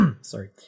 Sorry